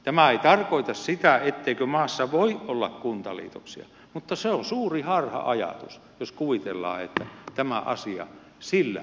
tämä ei tarkoita sitä etteikö maassa voisi olla kuntaliitoksia mutta se on suuri harha ajatus jos kuvitellaan että tämä asia sillä rakentuisi